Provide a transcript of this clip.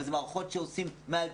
אבל זה מערכות שמאלתרים,